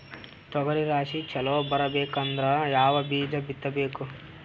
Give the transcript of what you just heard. ತೊಗರಿ ರಾಶಿ ಚಲೋ ಬರಬೇಕಂದ್ರ ಯಾವ ಬೀಜ ಬಿತ್ತಬೇಕು?